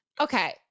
okay